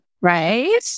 Right